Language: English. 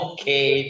Okay